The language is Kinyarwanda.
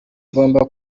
ugomba